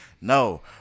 no